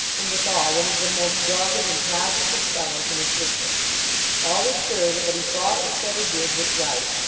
and withal one of the most dogged and positive fellows in existence always sure that what he thought or said or did was right,